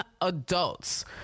adults